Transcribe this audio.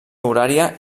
horària